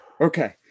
Okay